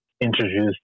introduced